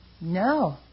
No